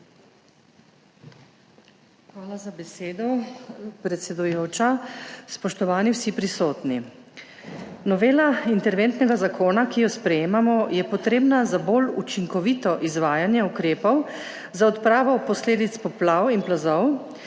Hvala za besedo, predsedujoča. Spoštovani vsi prisotni! Novela interventnega zakona, ki jo sprejemamo, je potrebna za bolj učinkovito izvajanje ukrepov za odpravo posledic poplav in plazov,